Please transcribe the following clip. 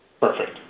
Perfect